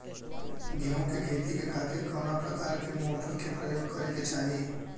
गेहूँ के खेती के खातिर कवना प्रकार के मोटर के प्रयोग करे के चाही?